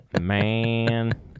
Man